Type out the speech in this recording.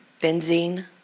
benzene